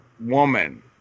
woman